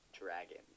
dragon